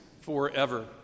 forever